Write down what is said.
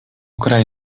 kraj